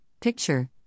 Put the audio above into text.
picture